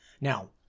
Now